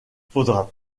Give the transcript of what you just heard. faudra